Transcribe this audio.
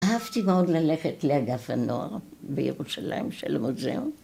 אהבתי מאוד ללכת לאגף הנוער בירושלים של המוזיאון.